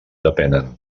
depenen